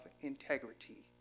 integrity